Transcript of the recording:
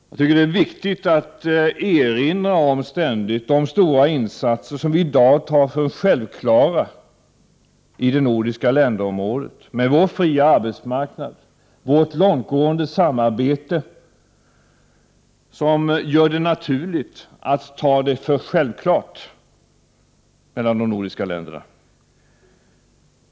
Jag tycker att det är viktigt att ständigt erinra om de stora insatser som gjorts för den fria arbetsmarknaden och det långtgående samarbetet — någonting som vi inom det nordiska länderområdet tycker är naturligt och tar för självklart.